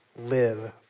live